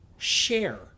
share